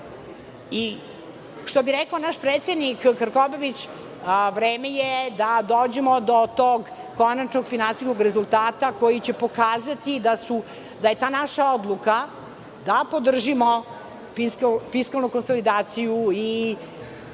bi rekao naš predsednik Krkobabić, vreme je da dođemo do tog konačnog finansijskog rezultata koji će pokazati da je ta naša odluka da podržimo fiskalnu konsolidaciju i